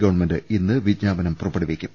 government ഇന്ന് വിജ്ഞാപനം പുറപ്പെടുവിക്കും